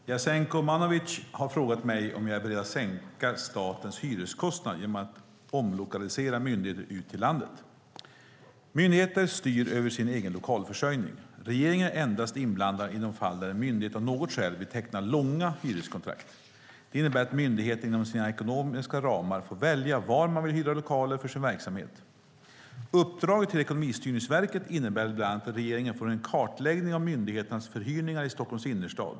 Herr talman! Jasenko Omanovic har frågat mig om jag är beredd att sänka statens hyreskostnader genom att omlokalisera myndigheter ut till landet. Myndigheterna styr över sin egen lokalförsörjning. Regeringen är endast inblandad i de fall där en myndighet av något skäl vill teckna långa hyreskontrakt. Det innebär att myndigheten inom sina ekonomiska ramar får välja var man vill hyra lokaler för sin verksamhet. Uppdraget till Ekonomistyrningsverket innebär bland annat att regeringen får en kartläggning av myndigheternas förhyrningar i Stockholms innerstad.